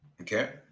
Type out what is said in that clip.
Okay